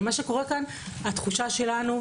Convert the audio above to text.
התחושה שלנו,